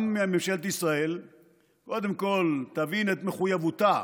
ממשלת ישראל קודם כול תבין את מחויבותה.